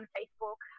Facebook